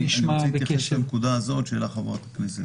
אני רוצה להתייחס לנקודה שהעלה חבר הכנסת